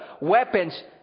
weapons